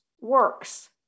works